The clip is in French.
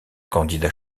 candidat